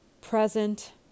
present